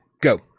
Go